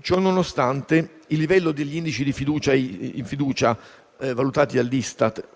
Ciononostante, il livello degli indici di fiducia valutati dall'Istat